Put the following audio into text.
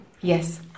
Yes